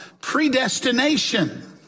predestination